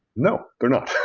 no. they're not.